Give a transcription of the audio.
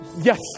Yes